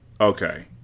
Okay